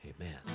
Amen